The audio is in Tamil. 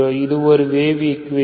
இது ஒரு வேவ் ஈக்குவேஷன்